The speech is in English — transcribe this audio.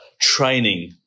training